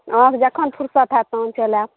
अहाँकेँ जखन फुर्सत हैत तखन चलि आयब